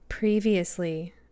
Previously